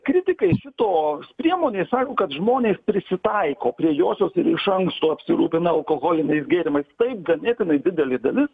kritikai šitos priemonės sako kad žmonės prisitaiko prie josios ir iš anksto apsirūpina alkoholiniais gėrimais tai ganėtinai didelė dalis